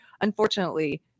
Unfortunately